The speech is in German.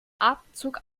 atemzug